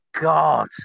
God